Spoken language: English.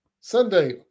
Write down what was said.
Sunday